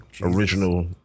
original